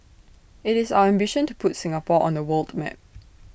IT is our ambition to put Singapore on the world map